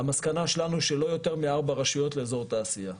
המסקנה שלנו שלא יותר מארבע רשויות לאזור תעשייה,